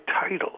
title